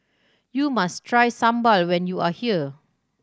you must try sambal when you are here